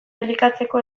elikatzeko